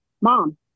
Mom